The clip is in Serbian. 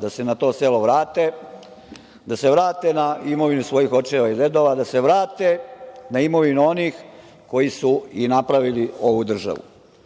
da se na to selo vrate, da se vrate na imovinu svojih očeva i dedova, da se vrate na imovinu onih koji su i napravili ovu državu. Priča